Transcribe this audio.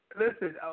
listen